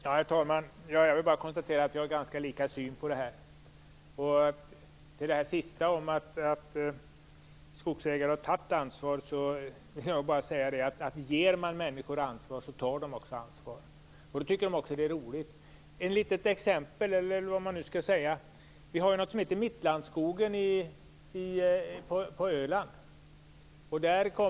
Herr talman! Jag konstaterar att vi har ganska lika syn på dessa frågor. Vad gäller att skogsägare har tagit sitt ansvar vill jag bara säga: Om man ger människor ansvar, tar de också sitt ansvar. Det tycker de också är roligt. Låt mig ge ett litet exempel. På Öland finns den s.k. Mittlandsskogen.